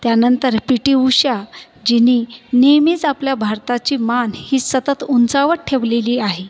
त्यानंतर P T Usha जिने नेहमीच आपल्या भारताची मान ही सतत उंचावर ठेवलेली आहे